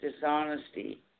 dishonesty